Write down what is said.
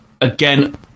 again